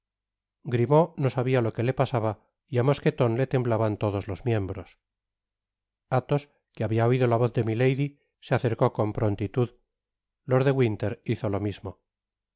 grimaud no sabia lo que le pasaba y á mosqueton le temblaban todos los miembros athos que habia oido la voz de milady se acercó con prontitud lord de winter hizo lo mismo que